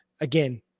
again